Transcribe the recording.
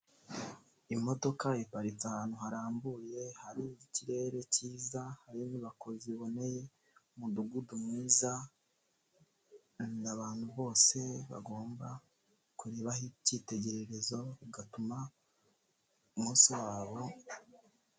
Imodoka iparitse ahantu harambuye, hari ikirere cyiza, hari inyubako ziboneye, umudugudu mwiza, abantu bose bagomba kurebaho icyitegererezo, bigatuma umunsi wabo.